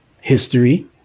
history